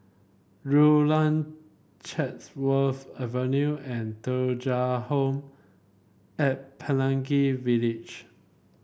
Rulang Chatsworth Avenue and Thuja Home at Pelangi Village